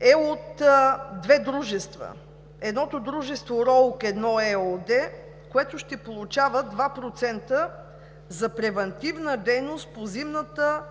е от две дружества. Едното дружество „Роуг 1“ ЕООД, което ще получава 2% за превантивна дейност по зимната